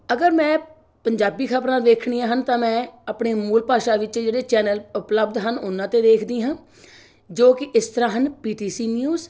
ਅਗਰ ਮੈਂ ਪੰਜਾਬੀ ਖਬਰਾਂ ਵੇਖਣੀਆਂ ਹਨ ਤਾਂ ਮੈਂ ਆਪਣੇ ਮੂਲ ਭਾਸ਼ਾ ਵਿੱਚ ਜਿਹੜੇ ਚੈਨਲ ਉਪਲੱਬਧ ਹਨ ਉਹਨਾਂ 'ਤੇ ਦੇਖਦੀ ਹਾਂ ਜੋ ਕਿ ਇਸ ਤਰ੍ਹਾਂ ਹਨ ਪੀ ਟੀ ਸੀ ਨਿਊਜ਼